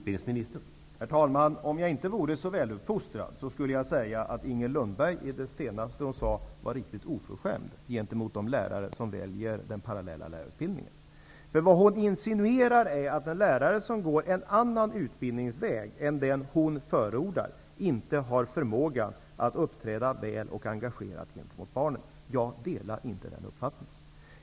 Herr talman! Om jag inte vore så väluppfostrad, skulle jag säga att Inger Lundberg var i det senaste hon sade riktigt oförskämd gentemot de studenter som väljer parallell-lärarutbildningen. Inger Lundberg insinuerar att en student som går en annan utbildningsväg än den hon förordar inte har förmåga att uppträda väl och engagerat gentemot barnen. Jag delar inte den uppfattningen.